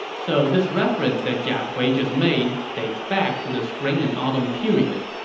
so this reference that jia kui just made dates back to the spring and autumn period.